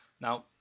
Now